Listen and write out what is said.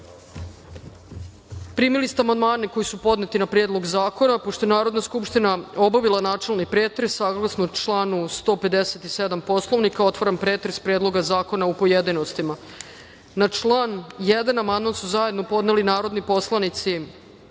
ste amandmane koji su podneti na Predlog zakona, pošto je Narodna skupština obavila načelni pretres saglasno članu 157. Poslovnika.26/2 VS/IROtvaram pretres Predloga zakona u pojedinostima. Na član 1. amandman su zajedno podneli narodni poslanici